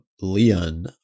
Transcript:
Leon